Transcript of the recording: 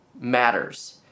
matters